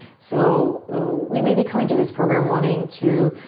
so we may be coming to this program wanting to,